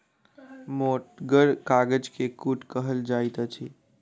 मोटगर कागज के कूट कहल जाइत अछि